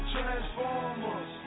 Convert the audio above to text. Transformers